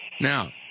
Now